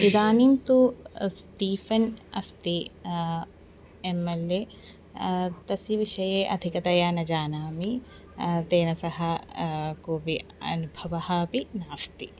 इदानीं तु स्टीफ़न् अस्ति एम् एल् ए तस्य विषये अधिकतया न जानामि तेन सह कोऽपि अनुभवः अपि नास्ति